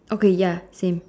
okay ya same